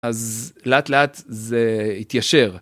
אז לאט לאט זה התיישר.